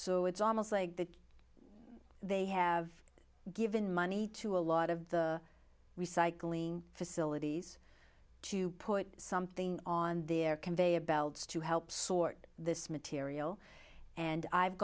so it's almost like that they have given money to a lot of the recycling facilities to put something on their conveyor belts to help sort this material and i've